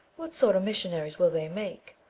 what sort of missionaries will they make?